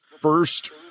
first